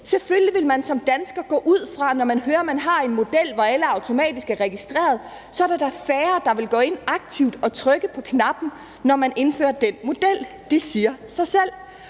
Selvfølgelig vil der da, når man som dansker hører, at vi har en model, hvor alle automatisk er registreret, være færre, der vil gå ind aktivt og trykke på knappen – når man indfører den model. Det siger sig selv.